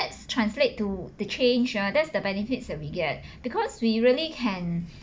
that's translate to the change ah that's the benefits that we get because we really can